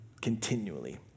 continually